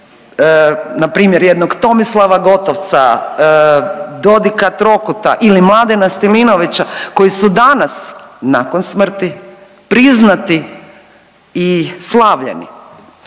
na primjer jednog Tomislava Gotovca, Dodika Trokota ili Mladena Stilinovića koji su danas nakon smrti priznati i slavljeni.